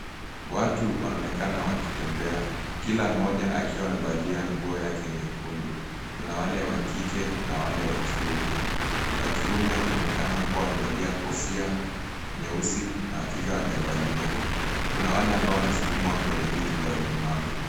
Watu wanaonekana wakitembea kila mmoja akiwa amevalia nguo yake nyekundu. Kuna wale wa kike na wale wa kiume. Wa kiume wanaonekana kuwa wamevalia kofia nyeusi na wa kike hawajavalia. Kuna wale ambao wanasukumwa kwenye viti za ulemavu.